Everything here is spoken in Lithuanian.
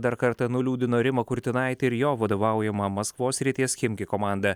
dar kartą nuliūdino rimą kurtinaitį ir jo vadovaujamą maskvos srities chimki komandą